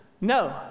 no